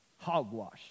hogwash